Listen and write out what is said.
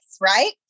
Right